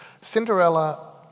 Cinderella